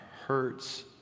Hurts